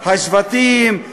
השבטים,